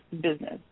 business